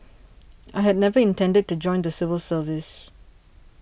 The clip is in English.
I had never intended to join the civil service